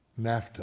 NAFTA